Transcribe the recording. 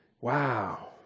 Wow